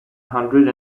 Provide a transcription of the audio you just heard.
hundred